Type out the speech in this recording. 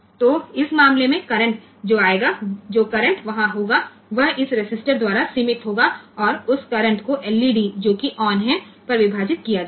तो इस मामले में करंट जो आएगा जो करंट वहां होगा वह इस रेसिस्टर द्वारा सीमित होगा और उस करंट को एलईडी जो की ऑन है पर विभाजित किया जाएगा